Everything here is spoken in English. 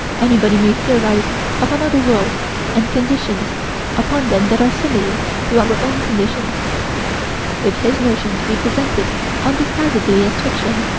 anybody may theorize upon other worlds and conditions upon them that are similar to our own conditions if his notions be presented undisguisedly as fiction,